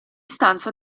stanza